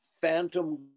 phantom